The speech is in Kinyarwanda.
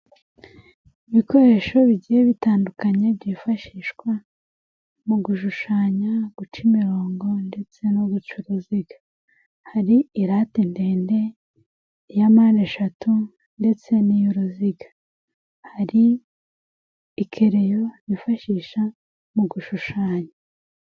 Ibikoresho bigiye bitandukanye byifashishwa mu gushushanya, guca imirongo ndetse no guca uruziga, hari irate ndende, iya mpande eshatu ndetse n'iy'uruziga, hari ikereyo bifashisha mu gushushanya.